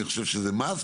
אני חושב שזה "מאסט".